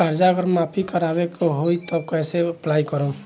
कर्जा अगर माफी करवावे के होई तब कैसे अप्लाई करम?